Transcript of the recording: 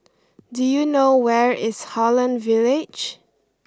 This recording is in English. do you know where is Holland Village